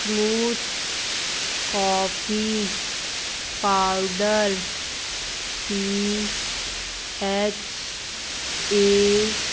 smooth coffee powder P H A